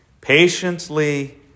patiently